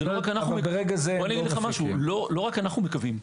לא רק אנו מקווים,